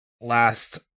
last